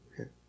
okay